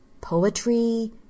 poetry